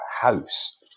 house